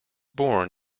born